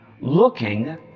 looking